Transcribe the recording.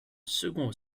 second